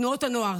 תנועות הנוער